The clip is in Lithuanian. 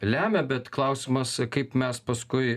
lemia bet klausimas kaip mes paskui